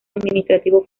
administrativos